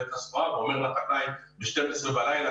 את הסחורה ואומר לחקלאי ב-12:00 בלילה,